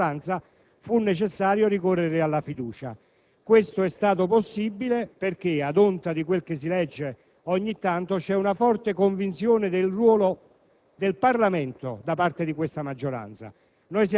forti e sostenuti di quelli che oggi sorreggono l'attuale maggioranza, in quest'Aula fu necessario ricorrere alla fiducia. Oggi tutto ciò è stato possibile perché, ad onta di quel che si legge ogni tanto, c'è una forte convinzione del ruolo